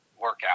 workout